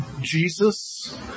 Jesus